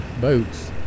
boats